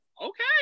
okay